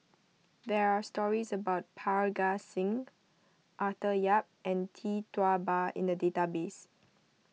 there are stories about Parga Singh Arthur Yap and Tee Tua Ba in the database